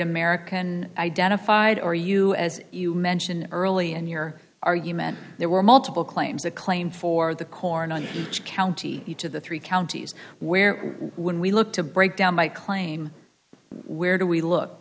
american identified or you as you mention early in your argument there were multiple claims that claim for the corn on each county each of the three counties where when we look to break down my claim where do we look